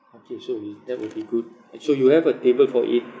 okay sure we that will be good and so you have a table for eight